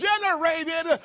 generated